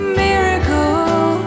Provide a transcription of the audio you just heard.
miracle